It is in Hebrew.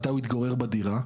מתי הוא התגורר בדירה.